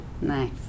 Nice